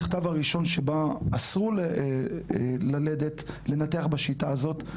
מרגע שיצא המכתב הראשון שאסר לנתח בשיטה הזאת,